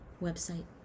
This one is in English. website